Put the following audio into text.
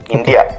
India